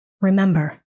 Remember